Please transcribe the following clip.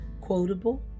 Quotable